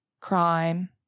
crime